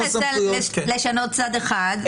בתחום הסמכויות --- אבל על זה אי-אפשר לשנות צד אחד.